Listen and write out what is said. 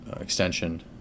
extension